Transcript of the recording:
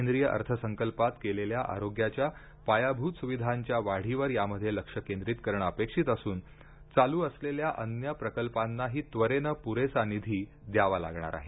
केंद्रीय अर्थसंकल्पात केलेल्या आरोग्याच्या पायाभूत सुविधांच्या वाढीवर यामध्ये लक्ष केंद्रित करणे अपेक्षित असून चालू असलेल्या अन्य प्रकल्पांनाही त्वरेने पुरेसा निधी द्यावा लागणार आहे